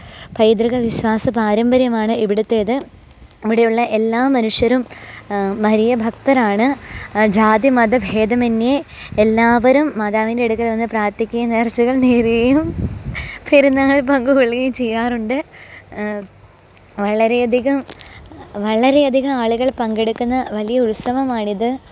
പൈതൃക വിശ്വാസ പാരമ്പര്യമാണ് ഇവിടുത്തേത് ഇവിടെയുള്ള എല്ലാ മനുഷ്യരും വലിയ ഭക്തരാണ് ജാതിമത ഭേദമന്യേ എല്ലാവരും മാതാവിന്റെ അടുക്കൽ വന്ന് പ്രാര്ത്ഥിക്കുകയും നേര്ച്ചകള് നേരുകയും പെരുന്നാൾ പങ്ക് കൊള്ളുകയും ചെയ്യാറുണ്ട് വളരെയധികം വളരെയധികം ആളുകൾ പങ്കെടുക്കുന്ന വലിയ ഉത്സവമാണിത്